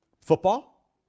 football